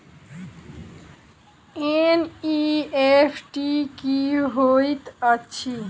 NEFT की होइत अछि?